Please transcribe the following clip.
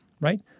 right